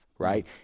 Right